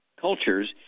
cultures